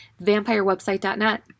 vampirewebsite.net